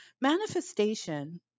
manifestation